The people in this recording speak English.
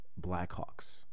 Blackhawks